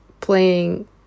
playing